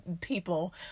people